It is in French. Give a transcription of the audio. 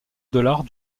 dollars